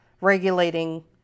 regulating